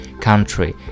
country